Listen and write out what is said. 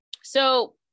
So-